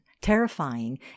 terrifying